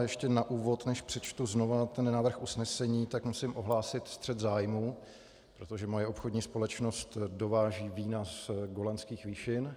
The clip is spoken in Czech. Ještě na úvod, než přečtu znova návrh usnesení, tak musím ohlásit střet zájmů, protože moje obchodní společnost dováží vína z Golanských výšin.